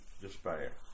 despair